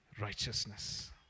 righteousness